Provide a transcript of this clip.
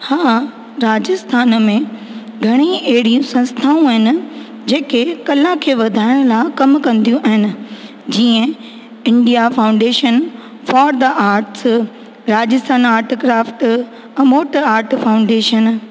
हा राजस्थान में घणी अहिड़ी संस्थाऊं आहिनि जेके कला खे वधाइण लाइ कमु कंदियूं आहिनि जीअं India foundation for the arts Rajasthan art craft अमोट आर्ट फ़ाउंडेशन